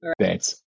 Thanks